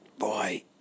boy